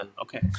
okay